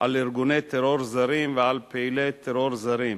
על ארגוני טרור זרים ועל פעילי טרור זרים,